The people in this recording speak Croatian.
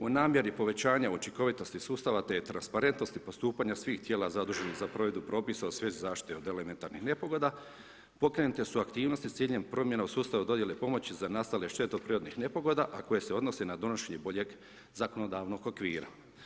U namjeri povećanja učinkovitosti sustava, te transparentnosti postupanja, svih tijela zaduženih za provedbu propisa u svezu zaštite od elementarnih nepogoda, pokrenute su aktivnosti s ciljem promjena u sustavu dodjele pomoći za nastale štete od prirodnih nepogoda, a koje se odnose na donošenje boljeg zakonodavnog okvira.